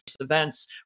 events